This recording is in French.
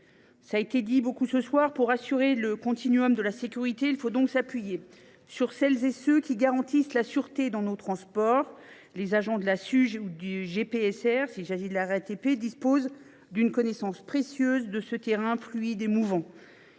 qu’en dernier recours. Pour assurer le continuum de sécurité, il faut donc s’appuyer sur celles et ceux qui garantissent la sûreté dans nos transports. Les agents de la Suge ou du GPSR, s’il s’agit de la RATP, disposent d’une connaissance précieuse de ce terrain fluide et mouvant.